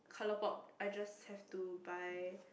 ColourPop I just have to buy